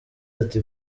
ati